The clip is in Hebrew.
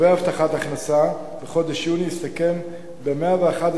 הבטחת הכנסה בחודש יוני הסתכם ב-111,349,